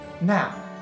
Now